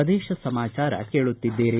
ಪ್ರದೇಶ ಸಮಾಚಾರ ಕೇಳುತ್ತಿದ್ದೀರಿ